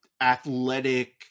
athletic